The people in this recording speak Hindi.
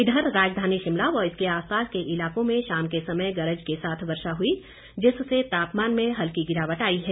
इधर राजधानी शिमला व इसके आसपास के इलाकों में शाम क समय गरज के साथ वर्षा हुई जिससे तापमान में हल्की गिरावट आई है